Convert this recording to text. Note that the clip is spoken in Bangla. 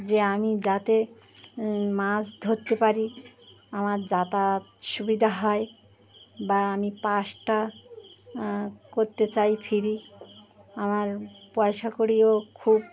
যে আমি যাতে মাছ ধরতে পারি আমার যাতায়াত সুবিধা হয় বা আমি পাাসটা করতে চাই ফ্রি আমার পয়সা করেও খুব